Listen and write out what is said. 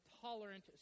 tolerant